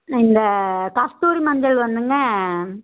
ஆ இந்த கஸ்தூரி மஞ்சள் வந்துங்க